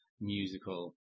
musical